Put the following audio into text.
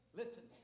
listen